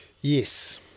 Yes